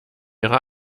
ihre